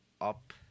up